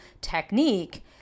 technique